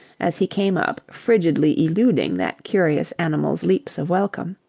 as he came up frigidly eluding that curious animal's leaps of welcome.